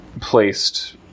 placed